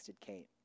Kate